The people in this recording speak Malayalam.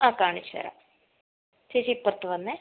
ആ കാണിച്ച് തരാം ചേച്ചി ഇപ്പുറത്ത് വന്നേ